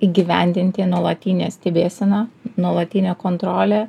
įgyvendinti nuolatinę stebėseną nuolatinę kontrolę